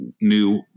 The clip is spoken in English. new